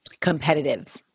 competitive